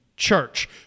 church